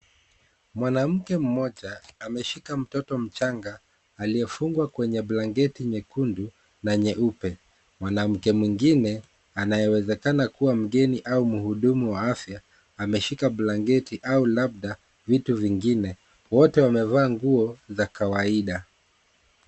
Mwanamke mmoja ameshika mtoto mchanga aliyefungwa kwenye blanketi nyekundu na nyeupe mwanamke mwingine anayewezekana kuwa mgeni au muhudumu wa afya ameshika blanketi au labda vitu vingine wote wamevaa nguo za kawaida.